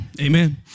Amen